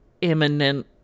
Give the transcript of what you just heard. imminent